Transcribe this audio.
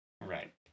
Right